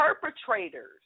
perpetrators